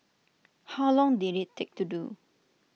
how long did IT take to do